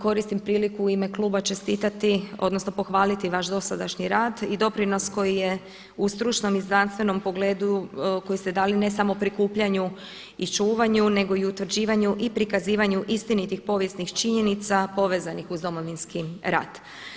Koristim priliku i u ime kluba čestitati odnosno pohvaliti vaš dosadašnji rad i doprinos koji je u stručnom i znanstvenom pogledu koji ste dali ne samo prikupljanju i čuvanju nego i utvrđivanju i prikazivanju istinitih povijesnih činjenica povezanih uz domovinski rat.